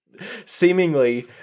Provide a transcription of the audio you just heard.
seemingly